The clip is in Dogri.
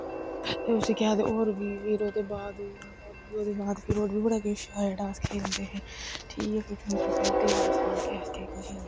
ते उसी केह् आखदे होर बी फिर ओह्दे बाद फ्ही ओह्दे बाद फिर होर बी बड़ाी किश जेह्ड़ा अस खेलदे हे ठीक ऐ फिर तुसें गल्ल सनां के